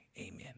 Amen